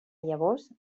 llavors